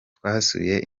twasuye